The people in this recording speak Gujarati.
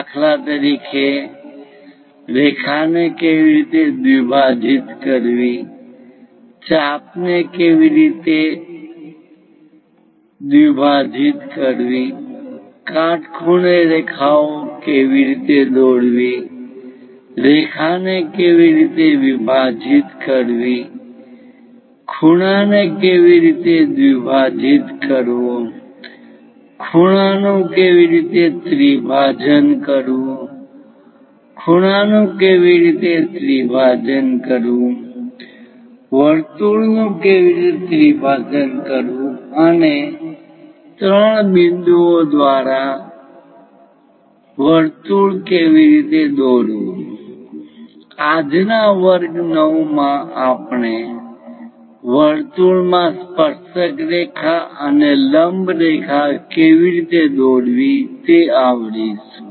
દાખલા તરીકે • રેખાને કેવી રીતે દ્વિભાજીત કરવી • ચાપ ને કેવી રીતે આર્ક દ્વિભાજીત કરવી • કાટખૂણે રેખાઓ કેવી રીતે દોરવી • રેખાને કેવી રીતે વિભાજીત કરવી • ખૂણાને કેવી રીતે દ્વિભાજિત કરવો • ખૂણાનુ કેવી રીતે ત્રિભાજન કરવુ • ખૂણાનુ કેવી રીતે ત્રિભાજન કરવુ • વર્તુળ નુ કેવી રીતે ત્રિભાજન કરવુ અને ત્રણ બિંદુ ઓ દ્વારા વર્તુળ કેવી રીતે દોરવુ આજના વર્ગ 9 માં આપણે વર્તુળ માં સ્પર્શક રેખા અને લંબ રેખા કેવી રીતે દોરવી તે આવરીશું